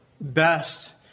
best